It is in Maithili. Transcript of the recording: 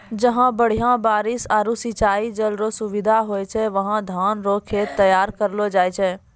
जहां बढ़िया बारिश आरू सिंचाई जल रो सुविधा होय छै वहां धान रो खेत तैयार करलो जाय छै